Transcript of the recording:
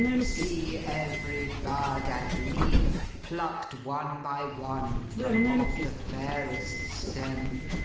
see every bud and leaf plucked one by one from off the fairest stem,